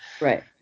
right